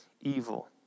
evil